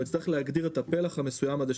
אנחנו נצטרך להגדיר את הפלח המסוים הזה,